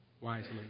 wisely